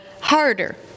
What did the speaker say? harder